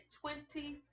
twenty